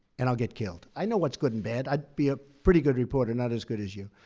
and i'll get killed. i know what's good and bad. i'd be a pretty good reporter not as good as you.